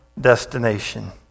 destination